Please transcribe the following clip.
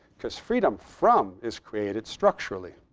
because freedom from is created structurally.